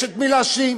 יש את מי להאשים.